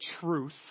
truth